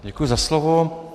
Děkuji za slovo.